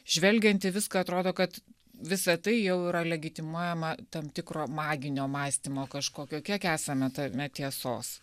žvelgiant į viską atrodo kad visa tai jau yra legitimuojama tam tikro maginio mąstymo kažkokio kiek esame tame tiesos